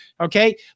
Okay